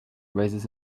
raises